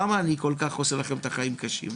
למה אני כל כך עושה לכם את החיים קשים?